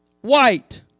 white